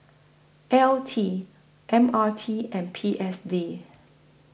L T M R T and P S D